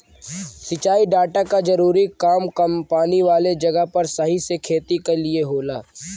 सिंचाई डाटा क जरूरी काम कम पानी वाले जगह पर सही से खेती क लिए होला